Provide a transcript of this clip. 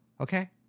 Okay